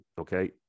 okay